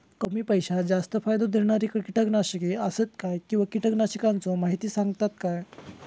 कमी पैशात जास्त फायदो दिणारी किटकनाशके आसत काय किंवा कीटकनाशकाचो माहिती सांगतात काय?